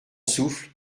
souffle